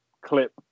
clip